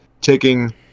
taking